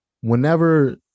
whenever